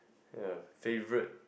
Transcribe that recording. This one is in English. ya favourite